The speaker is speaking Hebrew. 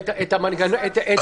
אוסאמה,